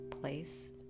place